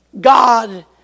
God